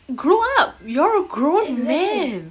grow up you're a grown man